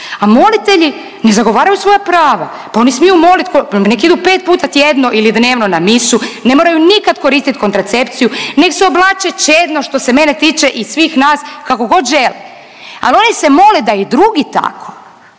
a molitelji ne zagovaraju svoja prava, pa oni smiju molit ko…, pa nek idu pet puta tjedno ili dnevno na misu, ne moraju nikad koristit kontracepciju, nek se oblače čedno što se mene tiče i svih nas kako god žele, al oni se mole da i drugi tako.